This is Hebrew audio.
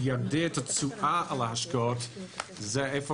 שיגדיל את התשואה על ההשקעות זה במקום